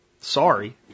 sorry